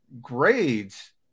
Grades